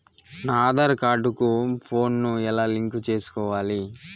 నా ఆధార్ కార్డు కు ఫోను ను ఎలా లింకు సేసుకోవాలి?